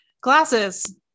Glasses